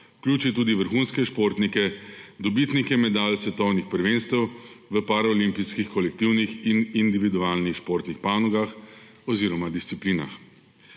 vključi tudi vrhunske športnike, dobitnike medalj s svetovnih prvenstev v paraolimpijskih kolektivnih in individualnih športnih panogah oziroma disciplinah.